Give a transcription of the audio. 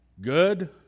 good